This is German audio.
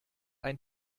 ein